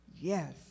yes